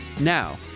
Now